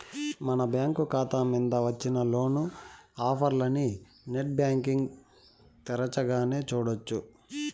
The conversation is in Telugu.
మన బ్యాంకు కాతా మింద వచ్చిన లోను ఆఫర్లనీ నెట్ బ్యాంటింగ్ తెరచగానే సూడొచ్చు